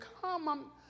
come